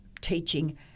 teaching